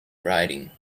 writing